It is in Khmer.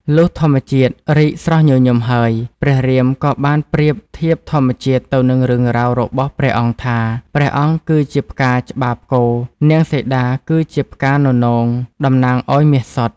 លុះធម្មជាតិរីកស្រស់ញញឹមហើយ ព្រះរាមក៏បានប្រៀប ធៀបធម្មជាតិទៅនឹងរឿងរ៉ាវ របស់ព្រះអង្គថា ព្រះអង្គគឺជាផ្កាច្បាផ្គរ នាងសីតាគឺជាផ្កាននោង តំណាងឱ្យមាសសុទ្ធ។